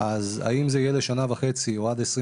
אז האם זה יהיה לשנה וחצי או עד 2024